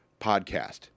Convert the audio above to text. podcast